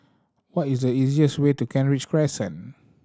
what is the easiest way to Kent Ridge Crescent